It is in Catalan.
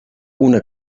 una